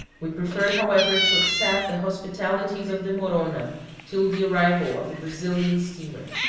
we preferred, however, to accept the hospitalities of the morona till the arrival of the brazilian steamer.